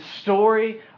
story